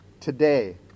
today